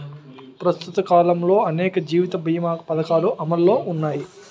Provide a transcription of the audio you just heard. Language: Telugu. ప్రస్తుత కాలంలో అనేక జీవిత బీమా పధకాలు అమలులో ఉన్నాయి